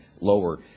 lower